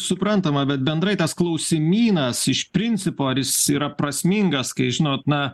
suprantama bet bendrai tas klausimynas iš principo ar jis yra prasmingas kai žinot na